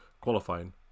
qualifying